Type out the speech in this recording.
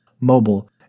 mobile